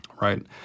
right